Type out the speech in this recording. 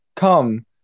come